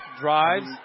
drives